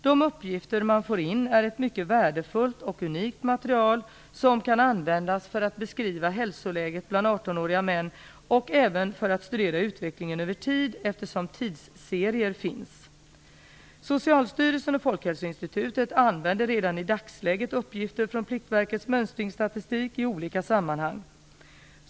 De uppgifter man får in är ett mycket värdefullt och unikt material, som kan användas för att beskriva hälsoläget bland 18-åriga män och även för att studera utvecklingen över tid, eftersom tidsserier finns. Socialstyrelsen och Folkhälsoinstitutet använder redan i dagsläget uppgifter från Pliktverkets mönstringsstatistik i olika sammanhang.